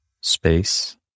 space